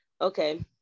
Okay